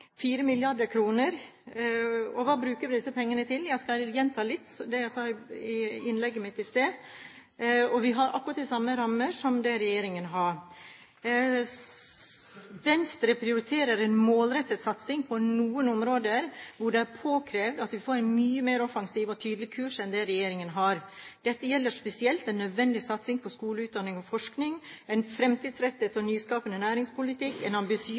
Hva bruker vi disse pengene til? Jeg skal gjenta litt av det jeg sa i innlegget mitt i sted. Vi har akkurat de samme rammer som regjeringen har. Venstre prioriterer en målrettet satsing på noen områder hvor det er påkrevd at vi får en mye mer offensiv og tydelig kurs enn det regjeringen har. Dette gjelder spesielt en nødvendig satsing på skole, utdanning og forskning, en framtidsrettet og nyskapende næringspolitikk, en